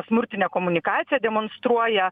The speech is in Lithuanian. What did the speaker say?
smurtinę komunikaciją demonstruoja